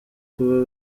kuba